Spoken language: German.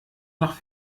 nach